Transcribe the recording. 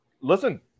Listen